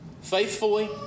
faithfully